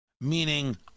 Meaning